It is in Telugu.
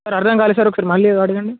సార్ అర్ధం కాలేదు సార్ ఒక సారి మళ్ళీ అడగండి